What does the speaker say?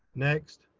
next.